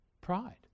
pride